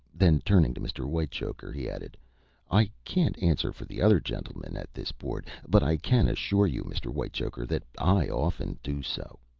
then turning to mr. whitechoker, he added i can't answer for the other gentlemen at this board, but i can assure you, mr. whitechoker, that i often do so.